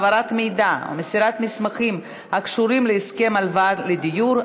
העברת מידע ומסירת מסמכים הקשורים להסכם הלוואה לדיור),